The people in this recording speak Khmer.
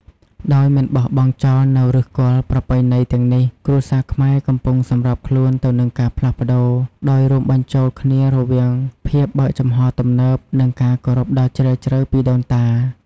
ដោយមិនបោះបង់ចោលនូវឫសគល់ប្រពៃណីទាំងនេះ គ្រួសារខ្មែរកំពុងសម្របខ្លួនទៅនឹងការផ្លាស់ប្តូរ ដោយរួមបញ្ចូលគ្នារវាងភាពបើកចំហរទំនើប និងការគោរពដ៏ជ្រាលជ្រៅពីដូនតា។